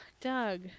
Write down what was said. Doug